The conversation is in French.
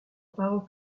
parlent